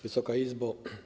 Wysoka Izbo!